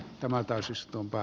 tämä täysistunto